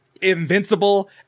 invincible